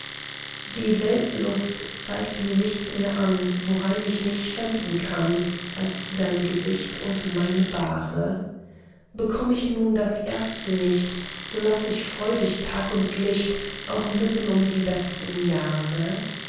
die weltlust zeigt mir nichts mehr an worein ich mich verlieben kann als dein gesicht und meine bahre bekomm ich nun das erste nicht so lass ich freudig tag und licht auch mitten um die besten jahre